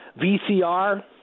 VCR